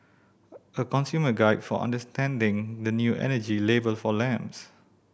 a consumer guide for understanding the new energy label for lamps